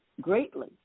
greatly